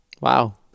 Wow